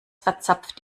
verzapft